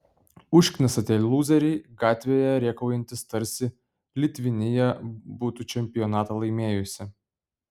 užknisa tie lūzeriai gatvėje rėkaujantys tarsi litvinija būtų čempionatą laimėjusi